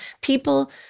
people